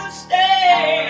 stay